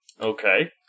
Okay